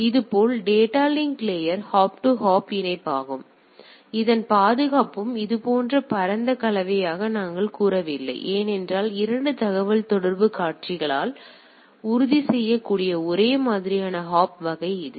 இதேபோல் data link layer hop to hop இணைப்பாகும் எனவே இதன் பாதுகாப்பும் இதுபோன்ற ஒரு பரந்த கவலையாக நாங்கள் கூறவில்லை ஏனென்றால் 2 தகவல்தொடர்புக் கட்சிகளால் உறுதி செய்யக்கூடிய ஒரே மாதிரியான ஹாப் வகை இது